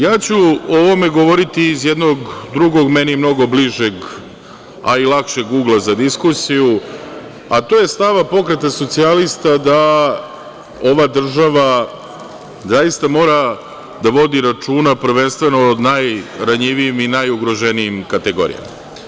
Ja ću o ovome govoriti iz jednog drugog, meni mnogo bližeg, a i lakšeg ugla za diskusiju, a to je stav PS da ova država zaista mora da vodi računa, prvenstveno, o najranjivijim i najugroženijim kategorijama.